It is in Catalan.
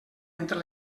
entre